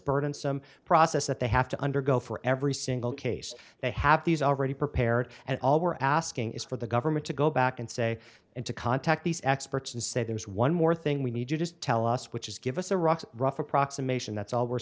burdensome process that they have to undergo for every single case they have these already prepared and all we're asking is for the government to go back and say and to contact these experts and say there's one more thing we need you to tell us which is give us a rough rough approximation that's all we're